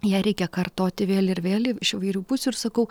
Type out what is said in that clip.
ją reikia kartoti vėl ir vėl iš įvairių pusių ir sakau